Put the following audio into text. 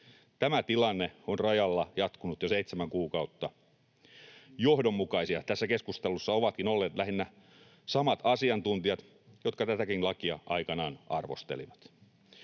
Tämä tilanne on rajalla jatkunut jo seitsemän kuukautta. Johdonmukaisia tässä keskustelussa ovatkin olleet lähinnä samat asiantuntijat, jotka tätäkin lakia aikanaan arvostelivat.